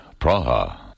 Praha